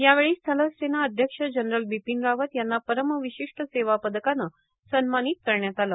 यावेळी स्थल सेना अध्यक्ष जनरल बिपिन रावत यांना परम विशिष्ट सेवा पदकानं सन्मानित करण्यात आलं